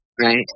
right